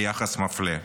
ליחס מפלה.